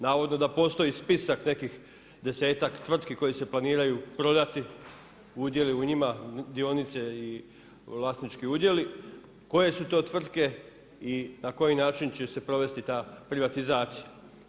Navodno da postoji spisak nekih desetak tvrtki koje se planiraju prodati udjeli u njima, dionice i vlasnički udjeli, koje su tvrtke i na koji način će se provesti ta privatizacija.